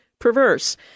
Perverse